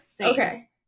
Okay